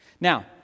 Now